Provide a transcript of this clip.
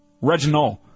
reginald